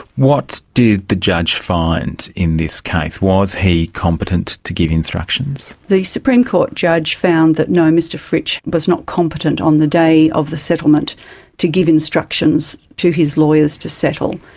what did the judge find in this case? was he competent to give instructions? the supreme court judge found that no, mr fritsch was not competent on the day of the settlement to give instructions to his lawyers to settle,